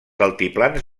altiplans